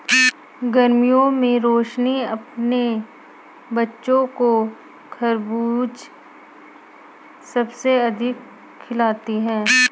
गर्मियों में रोशनी अपने बच्चों को खरबूज सबसे अधिक खिलाती हैं